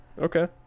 okay